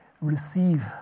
receive